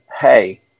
Hey